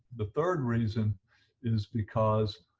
the third reason is because